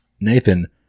Nathan